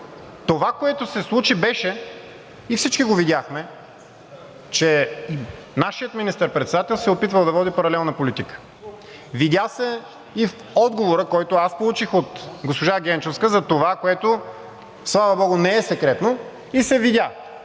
това, което се случи, беше и всички го видяхме, че нашият министър-председател се е опитвал да води паралелна политика. Видя се и отговорът, който аз получих от госпожа Генчовска за това, което, слава богу, не е секретно и се видя,